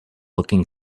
looking